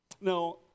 Now